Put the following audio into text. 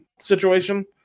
situation